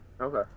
Okay